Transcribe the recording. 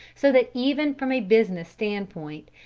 so that even from a business standpoint,